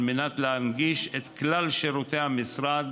על מנת להנגיש את כלל שירותי המשרד